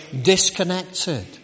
disconnected